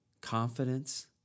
confidence